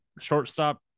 shortstop